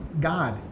God